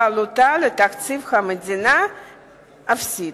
ועלותה לתקציב המדינה אפסית.